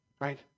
right